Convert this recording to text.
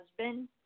husband